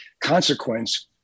consequence